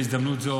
בהזדמנות זו,